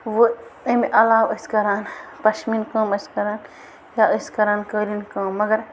وۄنۍ امہِ علاوٕ ٲسۍ کَران پشمیٖن کٲم ٲسۍ کَران یا ٲسۍ کَران قٲلیٖن کٲم مگر